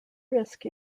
risk